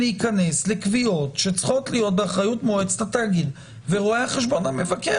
לקביעות שצריכות להיות באחריות מועצת התאגיד ורואה החשבון המבקר.